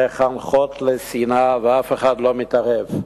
מחנכות לשנאה ואף אחד לא מתערב.